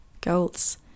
goals